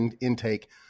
intake